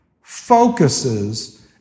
focuses